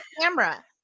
camera